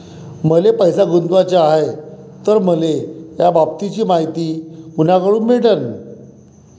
मले पैसा गुंतवाचा हाय तर मले याबाबतीची मायती कुनाकडून भेटन?